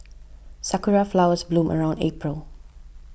sakura flowers bloom around April